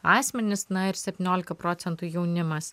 asmenys na ir septyniolika procentų jaunimas